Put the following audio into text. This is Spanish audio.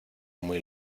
muy